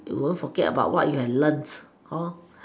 you won't forget about what you have learnt oh